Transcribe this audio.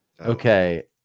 Okay